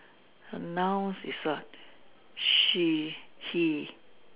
A nouns is what she he